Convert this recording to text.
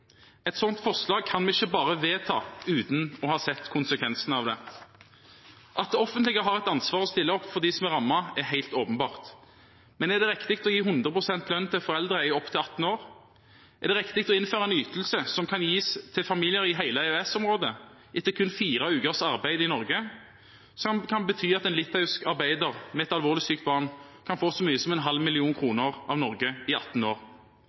Et slikt forslag kan vi ikke bare vedta uten å ha sett på konsekvensene av det. At det offentlige har et ansvar for å stille opp for dem som er rammet, er helt åpenbart, men er det riktig å gi 100 pst. lønn til foreldre i opptil 18 år? Er det riktig å innføre en ytelse som kan gis til familier i hele EØS-området etter kun fire ukers arbeid i Norge, som kan bety at en litauisk arbeider med et alvorlig sykt barn kan få så mye som en halv million kroner av Norge i 18 år?